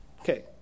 okay